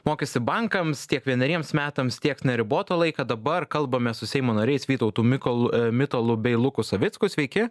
mokestį bankams tiek vieneriems metams tiek neribotą laiką dabar kalbame su seimo nariais vytautu mikolu mitalu bei luko savicku sveiki